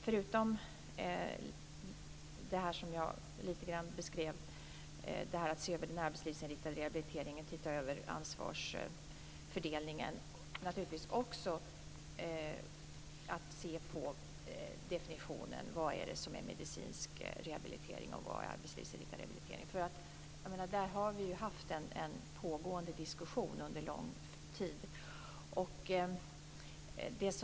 Förutom att man skall se över den arbetslivsinriktade rehabiliteringen skall man titta över ansvarsfördelningen. Det handlar naturligtvis också om att man skall se över definitionen av vad som är medicinsk rehabilitering och vad som är arbetslivsinriktad rehabilitering. Vi har ju en pågående diskussion, som har pågått under en lång tid, när det gäller detta.